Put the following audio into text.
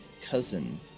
cousin